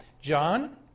John